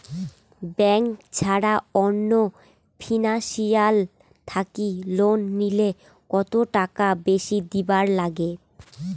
Bank ছাড়া অন্য financial থাকি লোন নিলে কতটাকা বেশি দিবার নাগে?